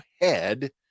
head